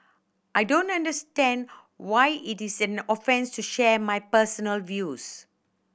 I don't understand why it is an offence to share my personal views